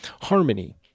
Harmony